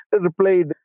replied